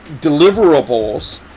deliverables